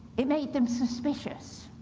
it made them suspicious,